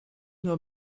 nur